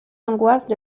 angoisses